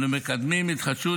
אנחנו מקדמים התחדשות